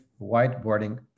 whiteboarding